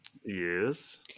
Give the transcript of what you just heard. yes